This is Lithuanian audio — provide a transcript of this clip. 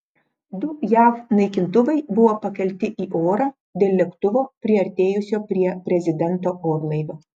du jav naikintuvai buvo pakelti į orą dėl lėktuvo priartėjusio prie prezidento orlaivio